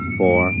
four